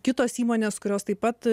kitos įmonės kurios taip pat